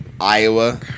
Iowa